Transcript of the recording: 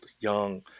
young